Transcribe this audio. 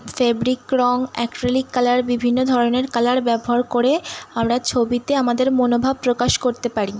fabric রঙ acrylic colour বিভিন্ন ধরনের কালার ব্যবহার করে আমরা ছবিতে আমাদের মনোভাব প্রকাশ করতে পারি